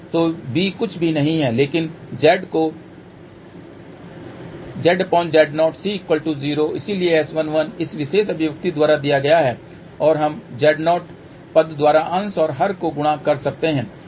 तो B कुछ भी नहीं है लेकिन Z तो ZZ0 C 0 इसलिए S11 इस विशेष अभिव्यक्ति द्वारा दिया गया है और हम Z0 पद द्वारा अंश और हर को गुणा कर सकते हैं